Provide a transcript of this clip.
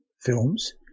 films